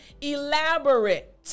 elaborate